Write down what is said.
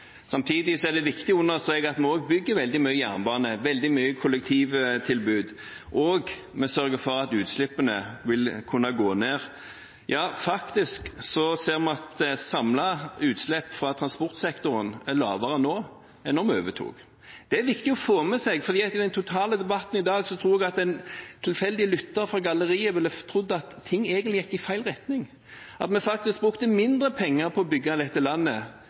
Samtidig er det viktig å understreke at vi også bygger veldig mye jernbane, veldig mye kollektivtilbud, og vi sørger for at utslippene vil kunne gå ned. Ja, faktisk ser vi at samlet utslipp fra transportsektoren er lavere nå enn da vi overtok. Det er viktig å få med seg, for i den totale debatten i dag tror jeg at den tilfeldige lytter på galleriet ville trodd at ting egentlig gikk i feil retning, at vi faktisk brukte mindre penger på å bygge dette landet